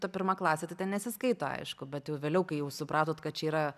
ta pirma klasė tai ten nesiskaito aišku bet jau vėliau kai jau supratot kad čia yra